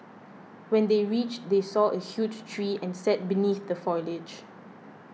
when they reached they saw a huge tree and set beneath the foliage